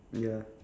ya